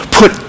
put